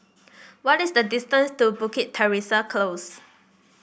what is the distance to Bukit Teresa Close